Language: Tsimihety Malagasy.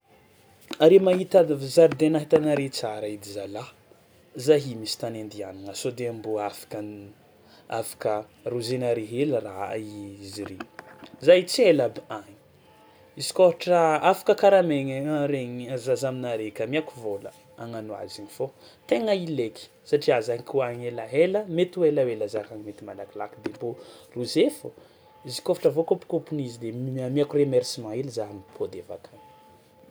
Are mahita aby avy zaridainahy hitanare tsara edy zalahy, za i misy tany andianana sao de mbô afaka afaka arôzenare hely raha i- izy re, za io tsy ela aby agny, izy kôa ôhatra afaka karamaigna a regny zaza aminare aka amiako vôla hagnano azy igny fô tegna ilaiky satria zahay ko agny elaela mety ho ela ho ela zaha mety malakilaky de mbô rozeo fao, izy kaofatra voakôpikôpiny izy de m- amiako remerciement hely za mipôdy avy akagny.